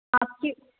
آپ کی